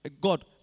God